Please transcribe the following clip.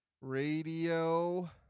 radio